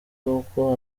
kuko